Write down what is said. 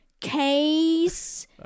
case